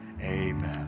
amen